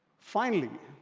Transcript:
finally,